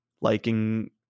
liking